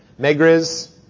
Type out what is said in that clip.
Megrez